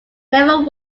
never